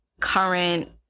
current